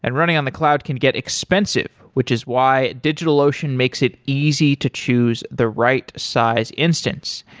and running on the cloud can get expensive, which is why digitalocean makes it easy to choose the right size instance.